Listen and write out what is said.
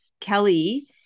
Kelly